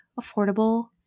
affordable